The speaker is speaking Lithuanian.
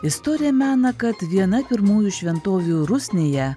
istorija mena kad viena pirmųjų šventovių rusnėje